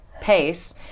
paste